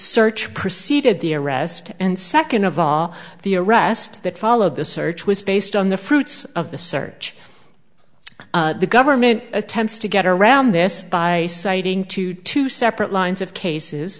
search preceded the arrest and second of all the arrest that followed the search was based on the fruits of the search the government attempts to get around this by citing to two separate lines of cases